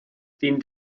dient